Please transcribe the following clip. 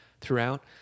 throughout